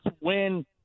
win